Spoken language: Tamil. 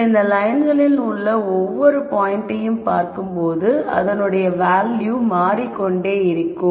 நீங்கள் இந்த லயன்களில் உள்ள ஒவ்வொரு பாயின்ட்டையும் பார்க்கும்போது அதனுடைய வேல்யூ மாறிக்கொண்டே இருக்கும்